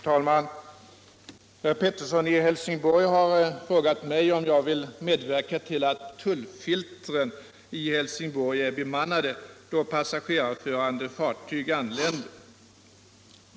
Herr talman! Herr Pettersson i Helsingborg har frågat mig om jag vill medverka till att tullfiltren i Helsingborg är bemannade då passagerarförande fartyg anländer.